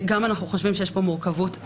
אנחנו חושבים שגם יש כאן מורכבות לשונית.